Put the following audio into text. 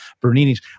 Bernini's